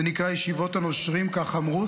זה נקרא "ישיבות הנושרים", כך אמרו.